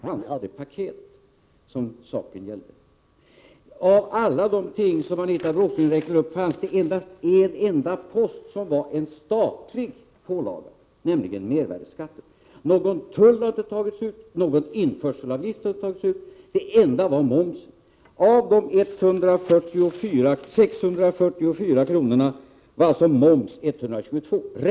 Herr talman! Det ankommer inte på mig att begära att riksdagens ledamöter skaffar sig åtminstone en elementär kunskap om underlaget för de frågor som de ställer. Vad Anita Bråkenhielm räknade upp var arvoden och avgifter som en privat speditörfirma tog för att handha det paket som saken gäller. Bland alla de ting som Anita Bråkenhielm räknade upp fanns det bara en enda post som var en statlig pålaga, nämligen mervärdeskatten. Någon tull har inte tagits ut; någon införselavgift har inte tagits ut, det enda var momsen. Av de 644 kronorna var alltså moms 122 kr.